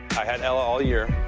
i had ella all year.